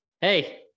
Hey